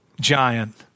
giant